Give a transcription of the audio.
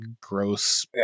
gross